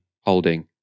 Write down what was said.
holding